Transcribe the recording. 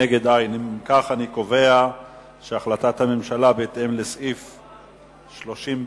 אם כך, אני קובע שהחלטת הממשלה, בהתאם לסעיף 31(ב)